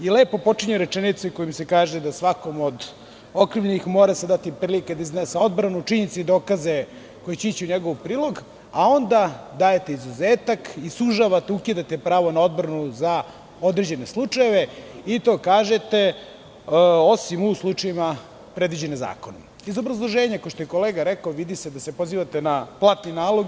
Lepo počinje rečenica kojom se kaže da se svakom od okrivljenih mora dati prilika da iznese odbranu, činjenice i dokaze koji će ići u njegov prilog, a onda dajete izuzetak i sužavate, ukidate pravo na odbranu za određene slučajeve, i to kažete – osim u slučajevima predviđene zakonom. `Iz obrazloženja, kao što je kolega rekao, se vidi da se pozivate na platni nalog.